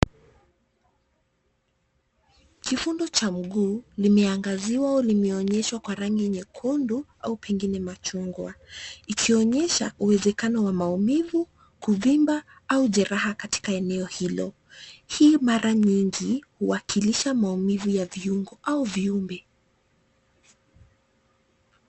Kifundo cha mguu limeangaziwa au limeonyeshwa kwa rangi nyekundu au pengine machungwa, ikionyesha uwezekano wa maumivu, kuvimba au jeraha katika eneo hilo. Hii mara nyingi huwakilisha maumivu ya viungo au viumbe.